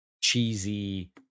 cheesy